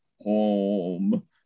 home